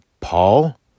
Paul